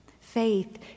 Faith